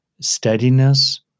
steadiness